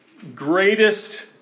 greatest